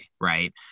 Right